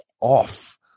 off